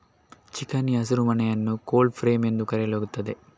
ಚಿಕಣಿ ಹಸಿರುಮನೆಯನ್ನು cold frame ಎಂದು ಕರೆಯಲಾಗುತ್ತದೆ